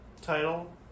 title